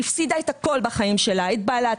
היא הפסידה את הכול בחיים שלה את בעלה,